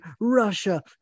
Russia